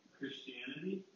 Christianity